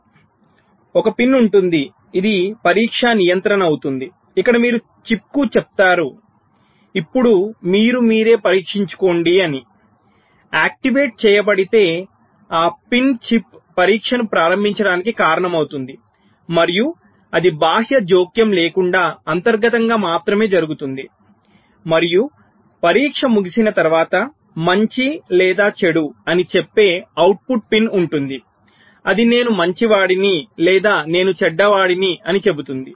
కాబట్టి 1 పిన్ ఉంటుంది ఇది పరీక్ష నియంత్రణ అవుతుందిఇక్కడ మీరు చిప్కు చెప్తారు ఇప్పుడు మీరు మీరే పరీక్షించుకోండి అని సక్రియం చేయబడితే ఆ పిన్ చిప్ పరీక్షను ప్రారంభించడానికి కారణమవుతుంది మరియు అది బాహ్య జోక్యం లేకుండా అంతర్గతంగా మాత్రమే జరుగుతుంది మరియు పరీక్ష ముగిసిన తర్వాత మంచి లేదా చెడు అని చెప్పే అవుట్పుట్ పిన్ ఉంటుంది అది నేను మంచివాడిని లేదా నేను చెడ్డవాడిని అని చెబుతుంది